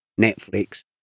Netflix